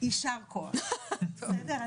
יישר כוח, בסדר?